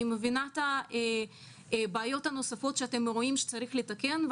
אני מבינה את הבעיות הנוספות שאתם רואים שצריך לתקן.